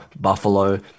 Buffalo